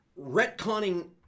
retconning